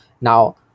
Now